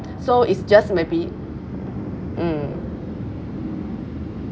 so it's just maybe mm